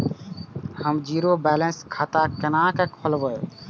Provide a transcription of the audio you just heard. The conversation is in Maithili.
हम जीरो बैलेंस खाता केना खोलाब?